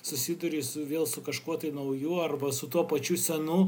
susiduri su vėl su kažkuo tai nauju arba su tuo pačiu senu